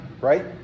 right